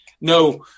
no